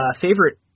favorite